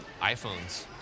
iPhones